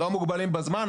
לא מוגבלים בזמן.